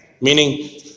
meaning